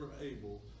able